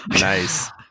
Nice